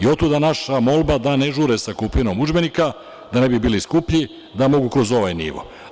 Otuda naša molba da ne žure sa kupovinom udžbenika, da ne bi bili skuplji, da mogu kroz ovaj nivo.